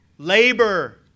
Labor